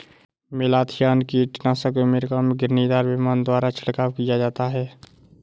malathion कीटनाशक को America में घिरनीदार विमान द्वारा छिड़काव किया जाता है